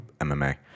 MMA